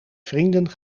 vrienden